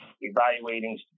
evaluating